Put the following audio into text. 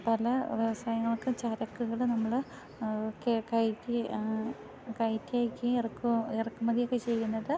പല വ്യവസായങ്ങൾക്കും ചരക്കുകൾ നമ്മള് ഒക്കെ കയറ്റി കയറ്റി അയക്കുകയും ഇറക്കുകയും ഇറക്കുമതിയൊക്കെ ചെയ്യുന്നത്